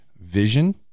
vision